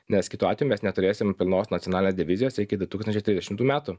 nes kitu atveju mes neturėsim pilnos nacionalės divizijos iki du tūkstančiai tridešimtų metų